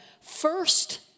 first